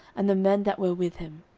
and the men that were with him,